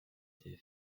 the